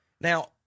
Now